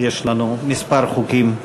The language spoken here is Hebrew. יש לנו כמה חוקים.